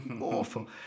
Awful